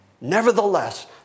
nevertheless